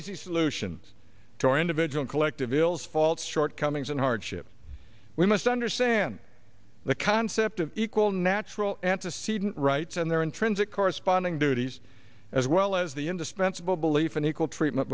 easy solutions to our individual collective ills faults shortcomings and hardships we must understand the concept of equal natural antecedent rights and their intrinsic corresponding duties as well as the indispensable belief in equal treatment